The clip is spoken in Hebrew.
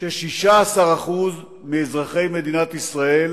ש-16% מאזרחי מדינת ישראל